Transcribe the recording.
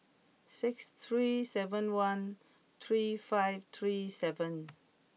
six three seven one three five three seven